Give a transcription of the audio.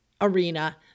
arena